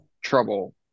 trouble